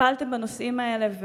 טיפלתם בנושאים האלה,